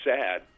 sad